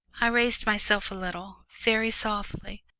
i raised myself a little, very softly,